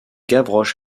gavroche